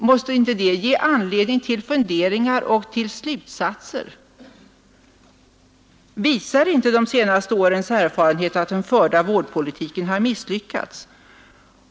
Måste inte det ge anledning till funderingar och slutsatser? Visar inte de senaste årens erfarenhet att den förda vårdpolitiken har misslyckats?